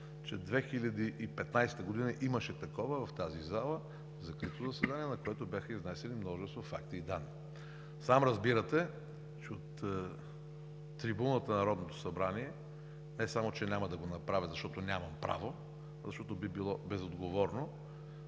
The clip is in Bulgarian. през 2015 г. в тази зала имаше такова закрито заседание, на което бяха изнесени множество факти и данни. Сам разбирате, че от трибуната на Народното събрание не само че няма да го направя, защото нямам право, а защото би било безотговорно